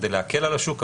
כדי להקל על השוק,